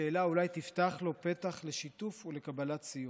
השאלה אולי תפתח לו פתח לשיתוף ולקבלת סיוע.